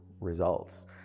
results